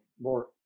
more